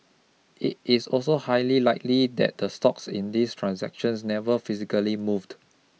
it is also highly likely that the stocks in these transactions never physically moved